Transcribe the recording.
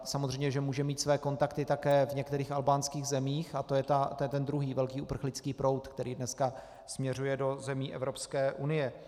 Samozřejmě že může mít své kontakty také v některých albánských zemích a to je ten druhý velký uprchlický proud, který dneska směřuje do zemí Evropské unie.